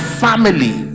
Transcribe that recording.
family